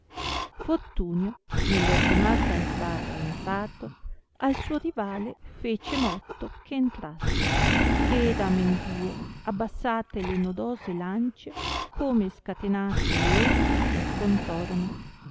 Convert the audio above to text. nell ordinata sbarra entrato al suo rivale fece motto che entrasse ed amenduo abbassate le nodose lancie come scatenati leoni si scontrorono